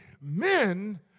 men